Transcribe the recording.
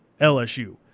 LSU